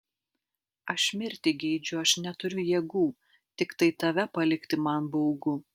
aš mirti geidžiu aš neturiu jėgų tiktai tave palikti man baugu